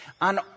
on